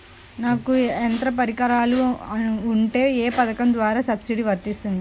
నాకు యంత్ర పరికరాలు ఉంటే ఏ పథకం ద్వారా సబ్సిడీ వస్తుంది?